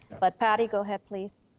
but patty, go ahead please.